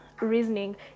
reasoning